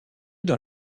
dans